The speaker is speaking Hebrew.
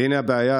והינה הבעיה,